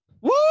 Woo